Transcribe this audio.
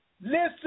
Listen